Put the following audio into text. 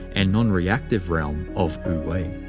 and nonreactive realm of wu-wei.